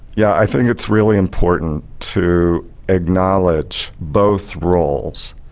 yeah i think it's really important to acknowledge both roles.